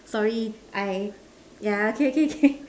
sorry I yeah okay okay